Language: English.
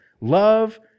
love